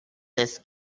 this